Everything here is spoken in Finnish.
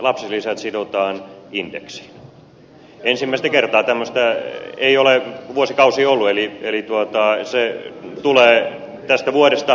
lapsilisät sidotaan indeksiin ensimmäistä kertaa tämmöistä ei ole vuosikausiin ollut eli se tulee tästä vuodesta eteenpäin